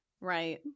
Right